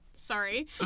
Sorry